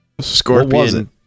Scorpion